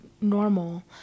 normal